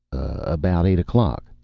about eight o'clock.